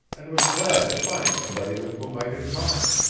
and was glad to find somebody with whom i could talk.